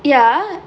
ya